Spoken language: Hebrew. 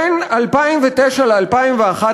בין 2009 ל-2011,